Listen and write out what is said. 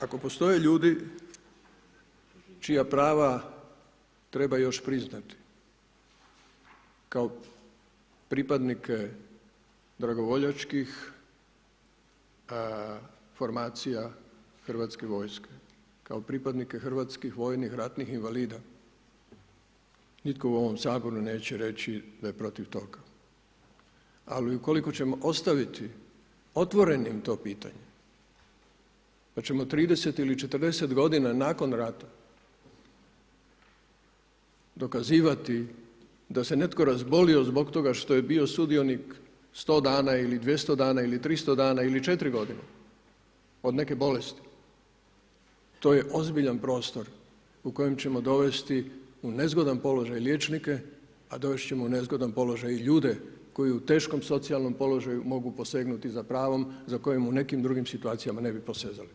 Ako postoje ljudi čija prava treba još priznati kao pripadnike dragovoljačkih formacija hrvatske vojske, kao pripadnika hrvatskih vojnih ratnih invalida, nitko u ovom Saboru neće reći da je protiv toga ali ukoliko ćemo ostaviti otvorenim to pitanje, pa ćemo 30 ili 40 godina nakon rata dokazivati da se netko razbolio zbog toga što je bio sudionik 100 dana ili 200 dana ili 300 dana ili 4 godine od neke bolesti, to je ozbiljan prostor u kojem ćemo dovesti u nezgodan položaj liječnike, a dovest ćemo u nezgodan položaj i ljude koju u teškom socijalnom položaju mogu posegnuti za pravom za kojem u nekim drugim situacijama ne bi posezali.